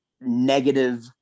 negative